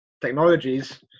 technologies